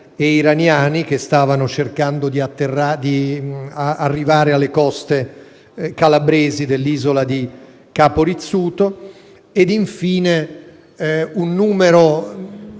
e iraniani che stavano cercando di approdare alle coste calabresi di Isola di Capo Rizzuto. Infine, un numero